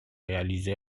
réalisés